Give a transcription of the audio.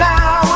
Now